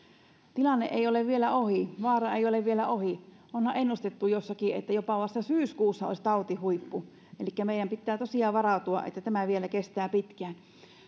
tilanne ei ole vielä ohi vaara ei ole vielä ohi onhan ennustettu jossakin että jopa vasta syyskuussa olisi tautihuippu elikkä meidän pitää tosiaan varautua että tämä vielä kestää pitkään